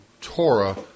Torah